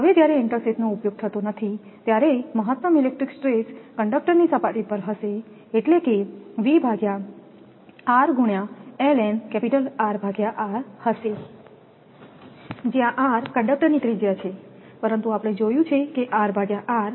હવે જ્યારે ઇન્ટરસેથનો ઉપયોગ થતો નથી ત્યારે મહત્તમ ઇલેક્ટ્રિક સ્ટ્રેસ કંડક્ટરની સપાટી પર હશે એટલે કે હશે જ્યાં r કંડક્ટરની ત્રિજ્યા છે પરંતુ આપણે જોયું છે કે 𝑅𝑟𝛼2 છે